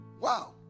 wow